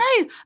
No